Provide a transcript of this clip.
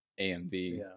AMV